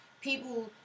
people